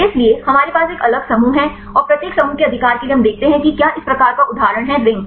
इसलिए हमारे पास एक अलग समूह है और प्रत्येक समूह के अधिकार के लिए हम देखते हैं कि क्या इस प्रकार का उदाहरण है रिंग